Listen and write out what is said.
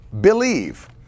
believe